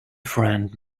friend